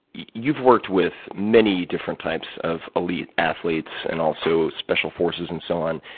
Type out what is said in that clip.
you've worked with many different types of elite athletes, and also special forces and so on.